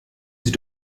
sie